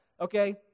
okay